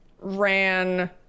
ran